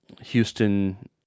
Houston